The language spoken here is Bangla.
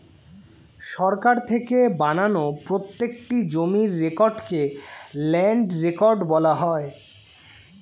সরকার থেকে বানানো প্রত্যেকটি জমির রেকর্ডকে ল্যান্ড রেকর্ড বলা হয়